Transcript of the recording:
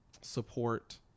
support